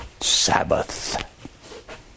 sabbath